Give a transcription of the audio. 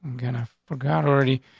gonna forgot already.